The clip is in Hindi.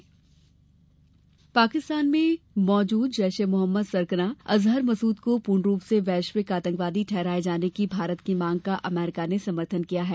मसूद अजहर पाकिस्तान में मौजूद जैश ए मोहम्मद सरगना अजहर मसूद को पूर्ण रूप से वैश्विक आतंकवादी ठहराये जाने की भारत की मांग का अमरीका ने समर्थन किया है